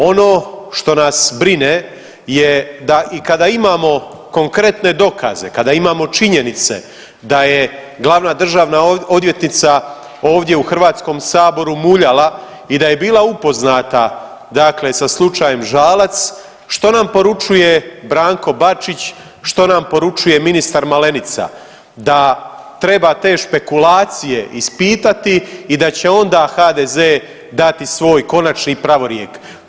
Ono što nas brine je da i kada imamo konkretne dokaze, kada imamo činjenice da je glavna državna odvjetnica ovdje u Hrvatskom saboru muljala i da je bila upoznata dakle sa slučajem Žalac što nam poručuje Branko Bačić, što nam poručuje ministar Malenica, da treba te špekulacije ispitati i da će onda HDZ dati svoj konačni pravorijek.